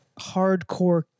hardcore